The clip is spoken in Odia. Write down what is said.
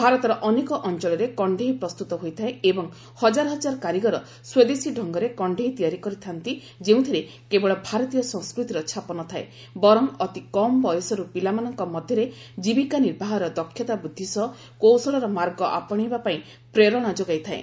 ଭାରତର ଅନେକ ଅଞ୍ଚଳରେ କଣ୍ଢେଇ ପ୍ରସ୍ତୁତ ହୋଇଥାଏ ଏବଂ ହଜାର ହଜାର କାରିଗର ସ୍ୱଦେଶୀ ଜଙ୍ଗରେ କଣ୍ଢେଇ ତିଆରି କରିଥା'ନ୍ତି ଯେଉଁଥିରେ କେବଳ ଭାରତୀୟ ସଂସ୍କୃତିର ଛାପ ନ ଥାଏ ବରଂ ଅତି କମ୍ ବୟସରୁ ପିଲାମାନଙ୍କ ମଧ୍ୟରେ କୀବିକା ନିର୍ବାହର ଦକ୍ଷତା ବୃଦ୍ଧି ସହ କୌଶଳର ମାର୍ଗ ଆପଶେଇବାପାଇଁ ପ୍ରେରଣା ଯୋଗାଇଥାଏ